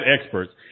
experts